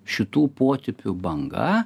šitų potipių banga